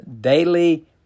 daily